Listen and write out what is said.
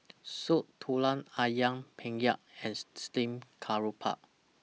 Soup Tulang Ayam Penyet and Steamed Garoupa